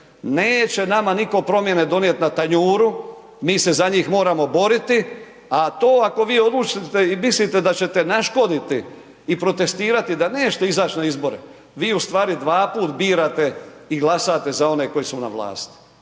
neće nama niko promijene donijeti na tanjuru, mi se za njih moramo boriti, a to ako vi odlučite i mislite da ćete naškoditi i protestirati, da nećete izać na izbore, vi u stvari dvaput birate i glasate na one koji su na vlasti,